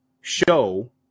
show